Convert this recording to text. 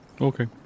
Okay